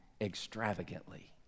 extravagantly